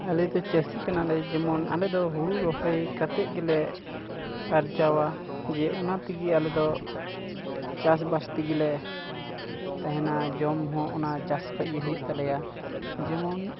ᱟᱞᱮ ᱫᱚ ᱪᱟᱹᱥᱤ ᱠᱟᱱᱟᱞᱮ ᱡᱮᱢᱚᱱ ᱟᱞᱮ ᱫᱚ ᱦᱩᱲᱩ ᱨᱚᱦᱚᱭ ᱠᱟᱛᱮᱫ ᱜᱮᱞᱮ ᱟᱨᱡᱟᱣᱟ ᱡᱮ ᱚᱱᱟ ᱛᱮᱜᱮ ᱟᱞᱮ ᱫᱚ ᱪᱟᱥ ᱵᱟᱥ ᱛᱮᱜᱮ ᱞᱮ ᱛᱟᱦᱮᱱᱟ ᱡᱚᱢ ᱦᱚᱸ ᱚᱱᱟ ᱪᱟᱥ ᱠᱷᱚᱱ ᱜᱮ ᱦᱩᱭᱩᱜ ᱛᱟᱞᱮᱭᱟ ᱡᱮᱢᱚᱱ